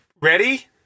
ready